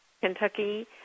Kentucky